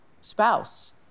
spouse